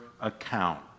account